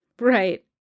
right